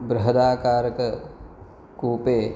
बृहदाकारककूपे